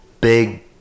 big